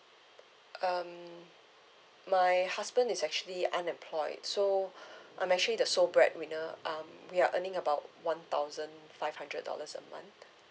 uh um my husband is actually unemployed so I'm actually the sole bread winner um we are earning about one thousand five hundred dollars a month